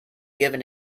given